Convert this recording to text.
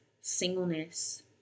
singleness